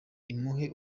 imuhe